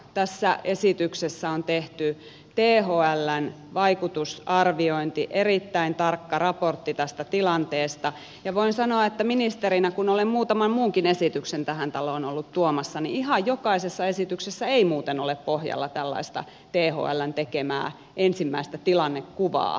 tässä esityksessä on tehty thln vaikutusarviointi erittäin tarkka raportti tästä tilanteesta ja voin sanoa että kun olen ministerinä muutaman muunkin esityksen tähän taloon ollut tuomassa niin ihan jokaisessa esityksessä ei muuten ole pohjalla tällaista thln tekemää ensimmäistä tilannekuvaa kyseisestä asiasta